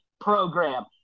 program